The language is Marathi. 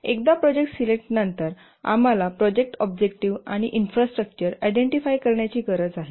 एकदा प्रोजेक्ट सिलेक्ट नंतर आम्हाला प्रोजेक्ट ऑब्जेक्टिव्ह आणि इन्फ्रास्ट्रक्चर इडेंटिफाय करण्याची गरज आहे